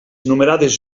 numerades